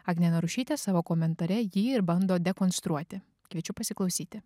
agnė narušytė savo komentare jį ir bando dekonstruoti kviečiu pasiklausyti